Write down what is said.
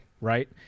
Right